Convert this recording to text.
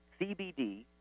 CBD